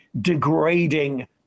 degrading